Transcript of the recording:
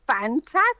fantastic